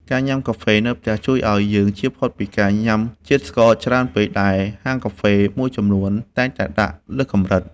ការញ៉ាំកាហ្វេនៅផ្ទះជួយឱ្យយើងជៀសផុតពីការញ៉ាំជាតិស្ករច្រើនពេកដែលហាងកាហ្វេមួយចំនួនតែងតែដាក់លើសកម្រិត។